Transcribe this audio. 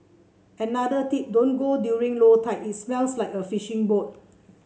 another tip don't go during low tide it smells like a fishing boat